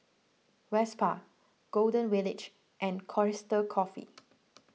Vespa Golden Village and Costa Coffee